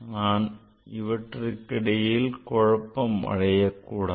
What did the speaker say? நாம் இவற்றுக்கிடையில் குழப்பம் அடையக்கூடாது